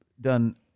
done